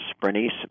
Bernice